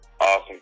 awesome